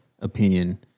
opinion